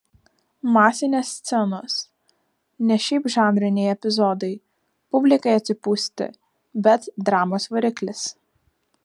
masinės scenos ne šiaip žanriniai epizodai publikai atsipūsti bet dramos variklis